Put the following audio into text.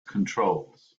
controls